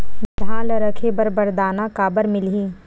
धान ल रखे बर बारदाना काबर मिलही?